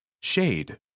Shade